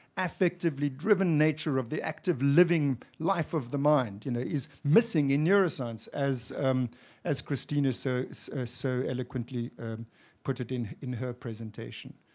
affectively-driven nature of the active living life of the mind, you know, is missing in neuroscience, as um as cristina so so eloquently put it in in her presentation.